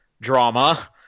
drama